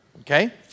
Okay